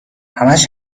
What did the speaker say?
همش